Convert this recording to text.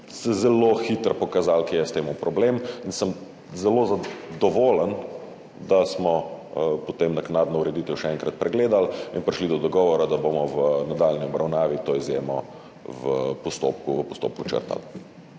zelo hitro pokazalo, kje je tukaj problem in sem zelo zadovoljen, da smo potem naknadno ureditev še enkrat pregledali in prišli do dogovora, da bomo v nadaljnji obravnavi to izjemo v postopku črtali,